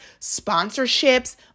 sponsorships